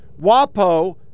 WAPO